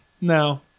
No